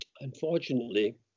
Unfortunately